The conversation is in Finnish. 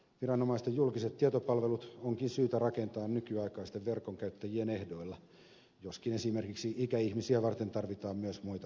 viranomaisten julkiset tietopalvelut onkin syytä rakentaa nykyaikaisten verkonkäyttäjien ehdoilla joskin esimerkiksi ikäihmisiä varten tarvitaan myös muita tiedotuskanavia